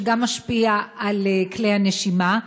שגם משפיע על כלי הנשימה.